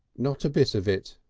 not a bit of it.